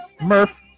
Murph